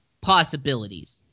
possibilities